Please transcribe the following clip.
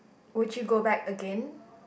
would you go back again